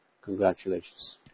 congratulations